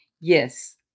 yes